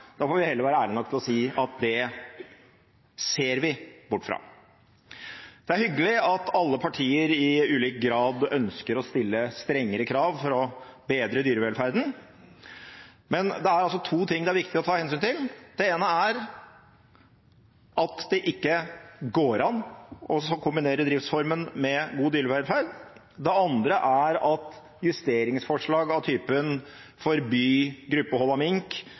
Da får vi heller være ærlige nok til å si at det ser vi bort fra. Det er hyggelig at alle partier i ulik grad ønsker å stille strengere krav for å bedre dyrevelferden, men det er altså to ting det er viktig å ta hensyn til. Det ene er at det ikke går an å kombinere driftsformen med god dyrevelferd. Det andre er at justeringsforslag av typen å forby gruppehold av mink,